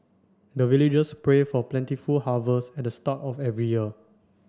the villagers pray for plentiful harvest at the start of every year